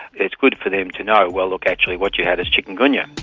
it's good for them to know, well, actually what you have is chikungunya.